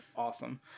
Awesome